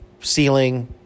ceiling